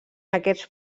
aquests